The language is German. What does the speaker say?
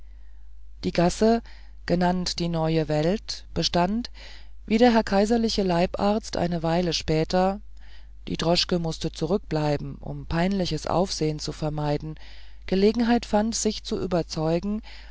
die gasse genannt die neue welt bestand wie der herr kaiserliche leibarzt eine weile später die droschke mußte zurückbleiben um peinliches aufsehen zu vermeiden gelegenheit fand sich zu überzeugen